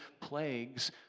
plagues